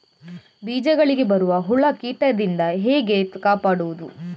ಬೀಜಗಳಿಗೆ ಬರುವ ಹುಳ, ಕೀಟದಿಂದ ಹೇಗೆ ಕಾಪಾಡುವುದು?